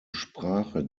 sprache